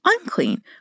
unclean